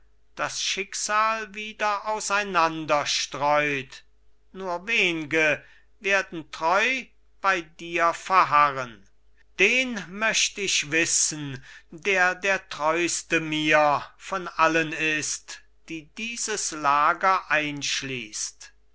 das schicksal wieder auseinanderstreut nur wenge werden treu bei dir verharren den möcht ich wissen der der treuste mir von allen ist die dieses lager einschließt